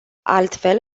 altfel